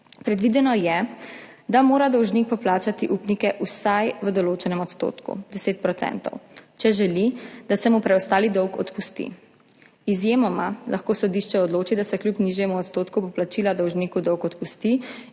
Predvideno je, da mora dolžnik poplačati upnike vsaj v določenem odstotku, 10 %, če želi, da se mu preostali dolg odpusti. Izjemoma lahko sodišče odloči, da se kljub nižjemu odstotku poplačila dolžniku dolg odpusti,